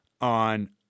on